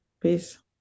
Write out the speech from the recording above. Peace